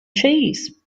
cheese